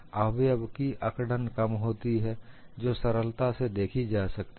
अवयव की अकडन कम होती है जो सरलता से देखी जा सकती है